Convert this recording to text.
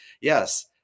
Yes